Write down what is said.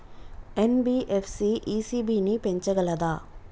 NBFC ECB ని పెంచగలదా?